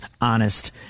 honest